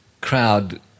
crowd